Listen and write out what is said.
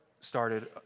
started